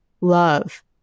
love